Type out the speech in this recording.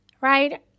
right